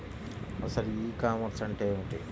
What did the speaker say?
అసలు e-commerce అంటే ఏమిటి?